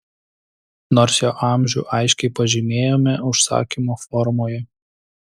nors jo amžių aiškiai pažymėjome užsakymo formoje